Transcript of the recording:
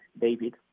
David